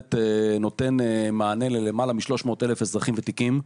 נותן שירות ללמעלה מ-300 אלף אזרחים ותיקים,